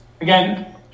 Again